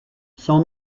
son